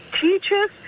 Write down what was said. teachers